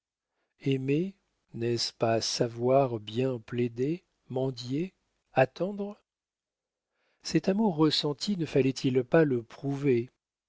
aimer n'est-ce pas savoir bien plaider mendier attendre cet amour ressenti ne fallait-il pas le prouver